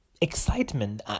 Excitement